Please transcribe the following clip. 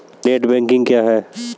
Net banking क्या है?